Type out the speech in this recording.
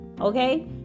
okay